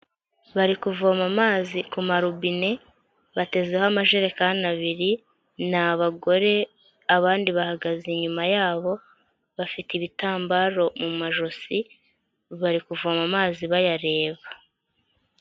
Bari kuvoma amazi ku ma robine, batezeho amajerekani abiri, ni abagore, abandi bahagaze inyuma y'abo bafite ibitambaro mu majosi bari kuvoma amazi bayareba.